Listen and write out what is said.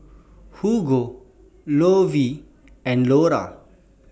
Hugo Lovie and Lora